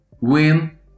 win